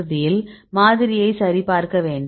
இறுதியில் மாதிரியை சரிபார்க்க வேண்டும்